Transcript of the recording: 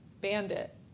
Bandit